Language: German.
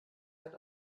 hat